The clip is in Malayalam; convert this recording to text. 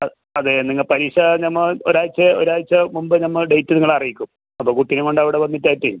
ആ അതെ നിങ്ങൾ പരീക്ഷ ഞങ്ങൾ ഒരാഴ്ച ഒരാഴ്ച മുമ്പേ നമ്മൾ ഡേറ്റ് നിങ്ങളെ അറിയിക്കും അപ്പോൾ കുട്ടീനെയും കൊണ്ട് അവിടെ വന്നിട്ട് ആയിട്ട്